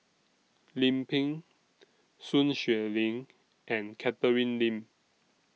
Lim Pin Sun Xueling and Catherine Lim